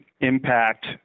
impact